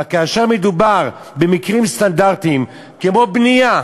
אבל כאשר מדובר במקרים סטנדרטיים כמו בנייה,